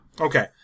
Okay